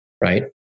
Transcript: right